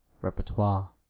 repertoire